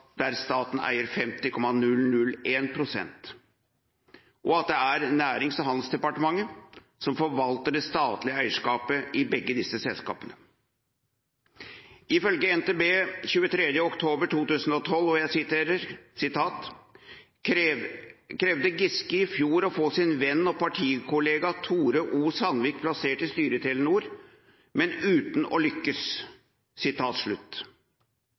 der staten eier 50,001 pst. Det er Nærings- og handelsdepartementet som forvalter det statlige eierskapet i begge disse selskapene. Ifølge NTB 23. oktober 2012 «krevde Giske i fjor å få sin venn og partikollega Tore O. Sandvik plassert i styret i Telenor, men uten å lykkes».